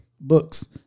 books